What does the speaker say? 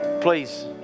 Please